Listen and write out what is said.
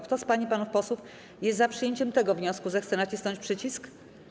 Kto z pań i panów posłów jest za przyjęciem tego wniosku, zechce nacisnąć przycisk.